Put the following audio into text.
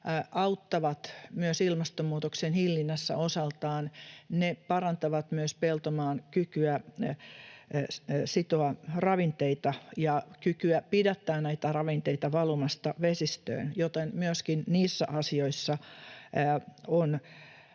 osaltaan myös ilmastonmuutoksen hillinnässä, parantavat myös peltomaan kykyä sitoa ravinteita ja kykyä pidättää näitä ravinteita valumasta vesistöön, joten myöskin niissä asioissa on